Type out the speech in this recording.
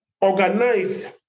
organized